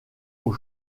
aux